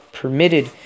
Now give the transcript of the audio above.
permitted